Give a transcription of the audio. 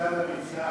סליחה,